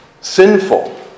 sinful